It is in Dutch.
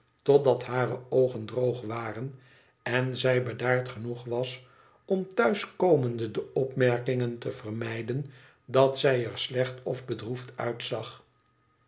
totdat hare oogen droog waren en zij bedaard genoeg was om thuiskomende de opmerkingen te vermijden dat zij er slecht of bedroefd uitzag